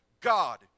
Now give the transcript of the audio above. God